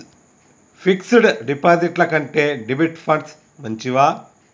Fix డ్ డిపాజిట్ల కంటే డెబిట్ ఫండ్స్ మంచివా?